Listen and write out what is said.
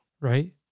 Right